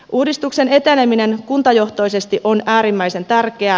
uudistuksen eteneminen kuntajohtoisesti on äärimmäisen tärkeää